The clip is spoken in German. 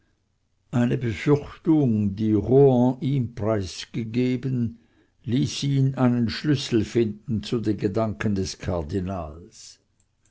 eine befürchtung die rohan ihm preisgegeben ließ ihn einen schlüssel finden zu den gedanken des kardinals